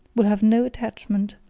will have no attachment,